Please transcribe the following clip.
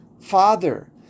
Father